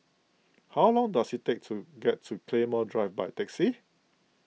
how long does it take to get to Claymore Drive by taxi